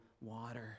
water